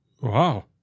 wow